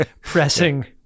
pressing